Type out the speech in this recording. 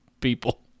people